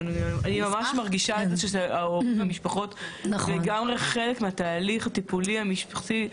אני ממש מרגישה שההורים והמשפחות לגמרי חלק מהתהליך הטיפולי המשפחתי,